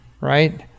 right